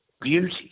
beauty